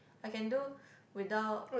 I can do without